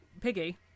Piggy